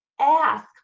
ask